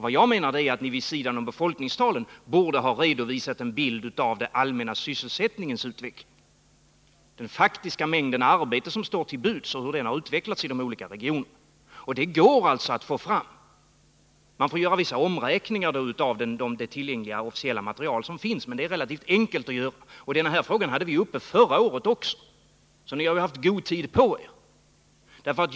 Vid sidan av befolkningstalen borde ni ha redovisat en bild av den allmänna sysselsättningens utveckling, den faktiska mängd arbete som står till buds och hur situationen har förändrats i de olika regionerna. Det går att få fram siffror på det. Man får visserligen göra vissa omräkningar av det tillgängliga och officiella material som finns, men det är relativt enkelt att göra. Den här frågan hade vi uppe förra året också, så ni har haft god tid på er.